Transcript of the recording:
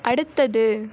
அடுத்தது